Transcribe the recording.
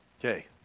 Okay